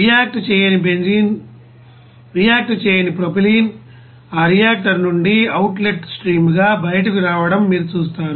react చేయని benzene react చేయని propylene ఆ రియాక్టర్ నుండి అవుట్లెట్ స్ట్రీమ్ గా బయటకు రావటం మీరు చూస్తారు